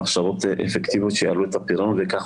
הכשרות אפקטיביות שיעלו את הפריון וכך